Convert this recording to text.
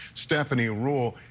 stephanie ruhl,